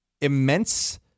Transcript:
immense